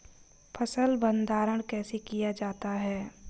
फ़सल भंडारण कैसे किया जाता है?